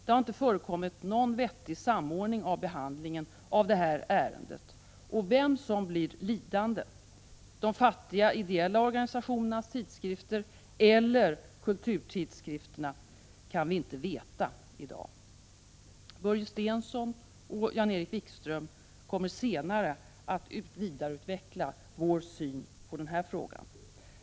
Det har inte förekommit någon vettig samordning av behandlingen av detta ärende, och vem som blir lidande — de fattiga ideella organisationernas tidskrifter eller kulturtidskrifterna — kan vi inte veta i dag. Börje Stensson och Jan-Erik Wikström kommer senare att vidareutveckla vår syn på denna fråga.